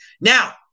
Now